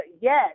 yes